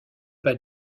pas